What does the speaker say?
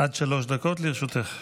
לרשותך.